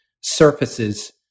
surfaces